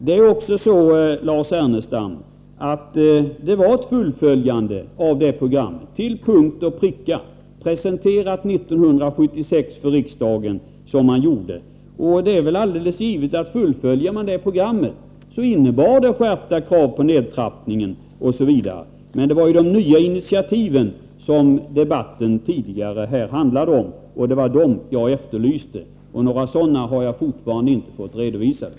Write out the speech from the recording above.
Det förslag som presenterades för riksdagen 1976, Lars Ernestam, innebar ett fullföljande av det åtgärdsprogram som hade utarbetats. Självfallet måste det innebära skärpta krav på en nedtrappning av utsläppen. Men det var som sagt de nya initiativen som den här debatten tidigare handlade om, och det var dem jag efterlyste. Jag har fortfarande inte fått dem redovisade.